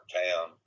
town